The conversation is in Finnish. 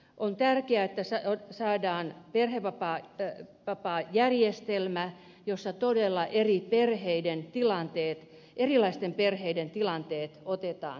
on tärkeää että saadaan perhevapaajärjestelmä jossa todella erilaisten perheiden tilanteet otetaan huomioon